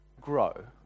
grow